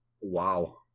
Wow